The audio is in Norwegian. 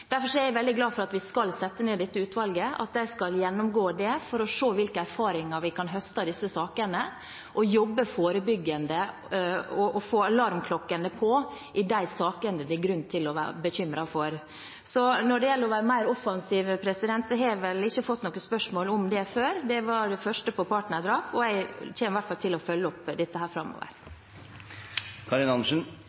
Derfor er jeg veldig glad for at vi skal sette ned dette utvalget, og at de skal gjennomgå dette for å se hvilke erfaringer vi kan høste av disse sakene, slik at vi kan jobbe forebyggende og få alarmklokkene til å ringe i de sakene det er grunn til å være bekymret for. Når det gjelder å være mer offensiv, har jeg vel ikke fått noe spørsmål om dette før. Dette var det første spørsmålet om partnerdrap. Jeg kommer i hvert fall til å følge opp dette framover.